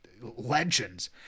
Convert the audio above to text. legends